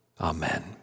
Amen